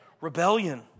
rebellion